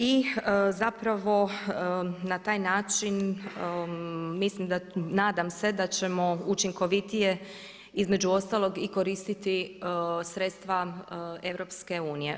I zapravo na taj način mislim da, nadam se da ćemo učinkovitije, između ostalog i koristiti sredstva EU.